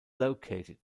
located